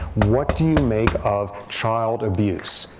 what do you make of child abuse?